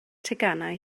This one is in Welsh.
teganau